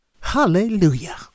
Hallelujah